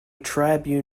tribune